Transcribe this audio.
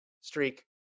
streak